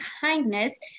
kindness